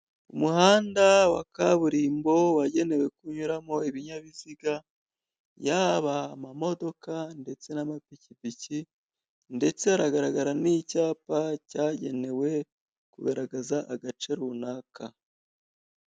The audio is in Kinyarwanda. Umuhanda wa kaburimbo wagenewe kunyuramo ibinyabiziga, yaba amamodoka ndetse n'amapikipiki, ndetse haragaragara n'icyapa cyagenewe kugaragaza agace runaka.